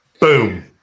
Boom